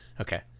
Okay